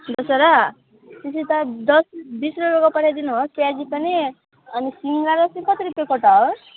दसवटा त्यसरी त दस बिस रुपियाँको पठाइदिनु होस् प्याजी पनि अनि सिङ्गडा चाहिँ कति रुपियाँ गोटा हो